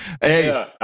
Hey